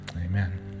Amen